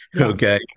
Okay